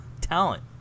talent